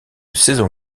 saison